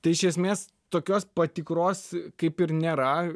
tai iš esmės tokios patikros kaip ir nėra